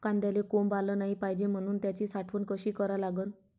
कांद्याले कोंब आलं नाई पायजे म्हनून त्याची साठवन कशी करा लागन?